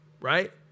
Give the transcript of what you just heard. Right